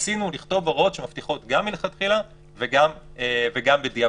ניסינו לכתוב הוראות שמבטיחות גם מלכתחילה וגם בדיעבד,